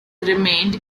remained